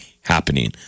happening